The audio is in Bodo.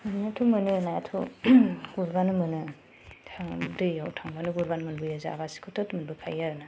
मोननायआथ मोनो नायाथ' गुरब्लानो मोनो दैयाव थांब्लानो गुरब्लानो मोनबोयो जागासेखौथ मोनबो खायो आरो ना